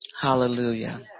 hallelujah